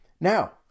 Now